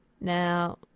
Now